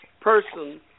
Person